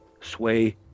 sway